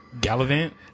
Gallivant